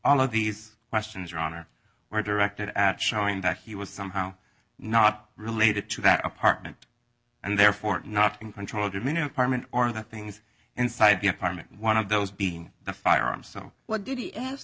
all of these questions your honor were directed at showing that he was somehow not related to that apartment and therefore not in control did mean apartment or the things inside the apartment one of those being the firearm so what did he ask